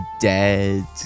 dead